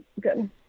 good